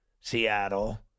Seattle